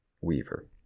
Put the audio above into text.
weaver